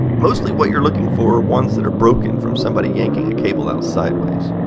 mostly what you are looking for are ones that are broken from somebody yanking a cable out sideways.